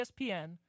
ESPN